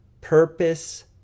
purpose